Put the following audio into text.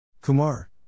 Kumar